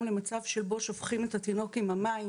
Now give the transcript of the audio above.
למצב שבו שופכים את התינוק עם המים,